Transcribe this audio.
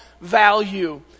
value